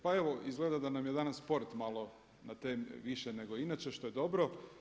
Pa evo izgleda da nam je sport malo na temi više nego inače, što je dobro.